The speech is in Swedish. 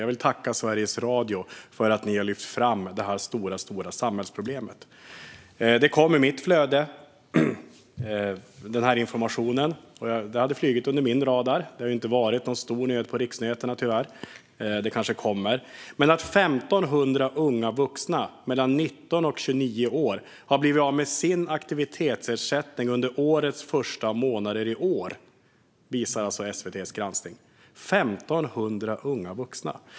Jag vill tacka Sveriges Radio för att de lyft fram detta stora samhällsproblem. Denna information kom i mitt flöde, och den hade flugit under min radar. Det har ju inte varit någon stor nyhet på riksnyheterna, tyvärr, men det kanske kommer. SVT:s granskning visar alltså att 1 500 unga vuxna mellan 19 och 29 år har blivit av med sin aktivitetsersättning under detta års första månader - 1 500 unga vuxna!